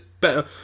better